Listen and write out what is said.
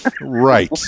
Right